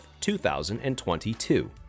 2022